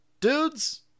dudes